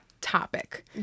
topic